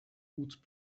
gut